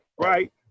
Right